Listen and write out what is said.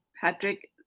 Patrick